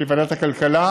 נדמה לי בוועדת הכלכלה,